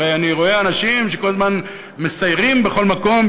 הרי אני רואה אנשים שכל הזמן מסיירים בכל מקום,